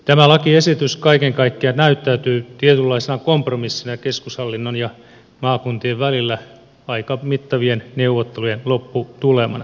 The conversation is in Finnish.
tämä lakiesitys kaiken kaikkiaan näyttäytyy tietynlaisena kompromissina keskushallinnon ja maakuntien välillä aika mittavien neuvottelujen lopputulemana